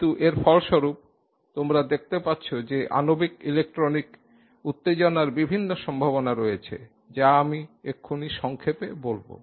কিন্তু এর ফলস্বরূপ তোমরা দেখতে পাচ্ছ যে আণবিক ইলেকট্রনিক উত্তেজনার বিভিন্ন সম্ভাবনা রয়েছে যা আমি এক্ষুনি সংক্ষেপে বলব